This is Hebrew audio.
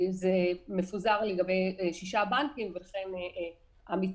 זה מפוזר על שישה בנקים, ולכן יש מיצוי,